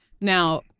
Now